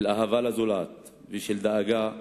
של אהבה לזולת ושל דאגה לכלל.